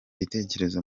bitekerezo